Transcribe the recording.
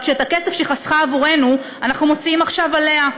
רק שאת הכסף שחסכה עבורנו אנחנו מוציאים עכשיו עליה,